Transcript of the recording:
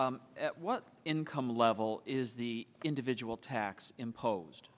at what income level is the individual tax imposed